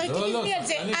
רק תגיב לי על זה.